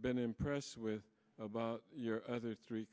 been impressed with about your other three